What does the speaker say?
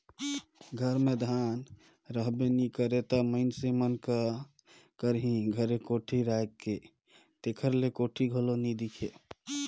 घर मे धान रहबे नी करे ता मइनसे मन का करही घरे कोठी राएख के, तेकर ले कोठी घलो नी दिखे